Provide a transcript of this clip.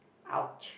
ouch